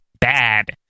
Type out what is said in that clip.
bad